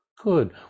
Good